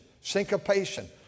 syncopation